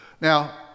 Now